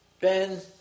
Ben